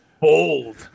bold